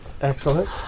Excellent